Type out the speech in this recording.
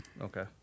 Okay